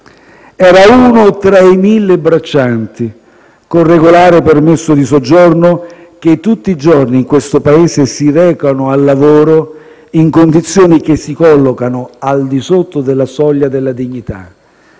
Era uno tra i mille braccianti, con regolare permesso di soggiorno, che tutti i giorni in questo Paese si recano al lavoro in condizioni che si collocano al di sotto della soglia della dignità.